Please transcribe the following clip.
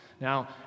Now